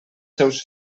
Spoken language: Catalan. seus